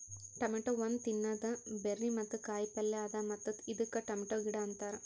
tomato ಒಂದ್ ತಿನ್ನದ berry ಮತ್ತ ಕಾಯಿ ಪಲ್ಯ ಅದಾ ಮತ್ತ ಇದಕ್ ಟೊಮೇಟೊ ಗಿಡ ಅಂತಾರ್